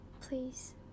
Please